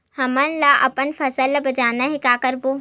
हमन ला अपन फसल ला बचाना हे का करबो?